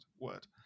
word